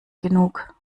genug